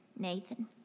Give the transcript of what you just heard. Nathan